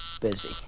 Busy